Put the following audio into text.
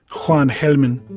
juan gelman.